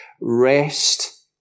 rest